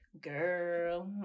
girl